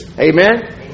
Amen